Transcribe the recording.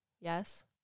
Yes